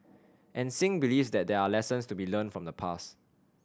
and Singh believes that there are lessons to be learnt from the past